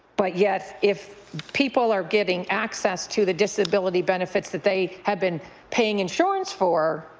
but yet if people are giving access to the disability benefits that they had been paying insurance for,